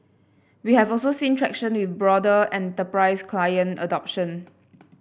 we have also seen traction with broader enterprise client adoption